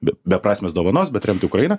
be beprasmės dovanos bet remti ukrainą